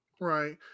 Right